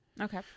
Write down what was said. Okay